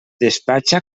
despatxa